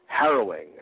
Harrowing